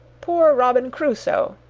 poor robin crusoe,